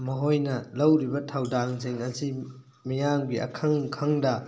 ꯃꯈꯣꯏꯅ ꯂꯧꯔꯤꯕ ꯊꯧꯗꯥꯡꯁꯤꯡ ꯑꯁꯤ ꯃꯤꯌꯥꯝꯒꯤ ꯑꯈꯪ ꯈꯪꯗ